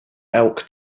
elk